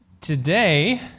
Today